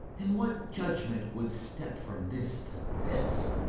and what judgment would step from this to this?